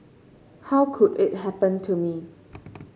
how could it happen to me